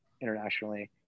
internationally